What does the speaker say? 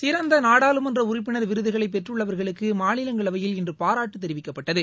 சிறந்த நாடாளுமன்ற உறுப்பினர் விருதுகளைப் பெற்றுள்ளவர்களுக்கு மாநிவங்களவையில் இன்று பாராட்டு தெரிவிக்கப்பட்டது